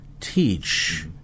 teach